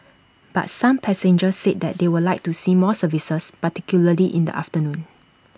but some passengers said that they would like to see more services particularly in the afternoon